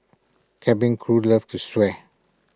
cabin crew love to swear